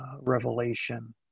revelation